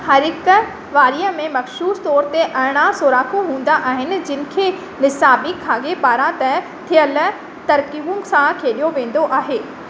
हर हिक वारी में मख़्सूसु तौरु ते अरिड़हं सोराख़ हूंदा आहिनि जिन्हनि खे निसाबी ख़ाके पारां तय थियल तरकीबुनि सां खेडि॒यो वेंदो आहे